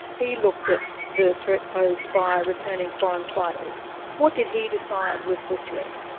he looked at the threat posed by returning foreign fighters. what did he decide was the threat?